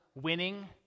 winning